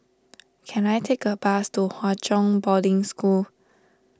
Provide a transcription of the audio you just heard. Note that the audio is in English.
can I take a bus to Hwa Chong Boarding School